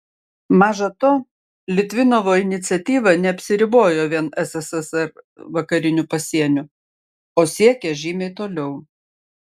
maža to litvinovo iniciatyva neapsiribojo vien sssr vakariniu pasieniu o siekė žymiai toliau